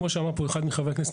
כמו שאמר פה אחד מחברי הכנסת,